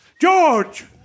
George